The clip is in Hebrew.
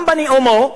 גם בנאומו,